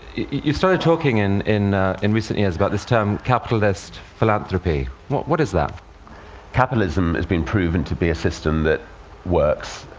you started talking in in in recent years about this term capitalist philanthropy. what what is that? rb capitalism has been proven to be a system that works.